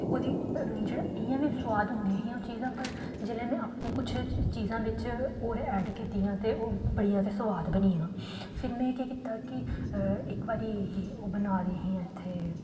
ओह्दी जेह्ड़ा इ'यां बी सुआद होंदियां हियां ओह् चीजां पर जिल्लै में अपनी कुछ चीजां बिच्च होर ऐड्ड कीत्तियां ते ओह् बड़ियां गै सुआद बनियां फिर में केह् कीता कि इक बारी ओह् बना दी हियां इत्थै